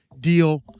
deal